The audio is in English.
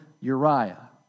Uriah